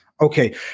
Okay